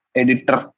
editor